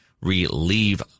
relieve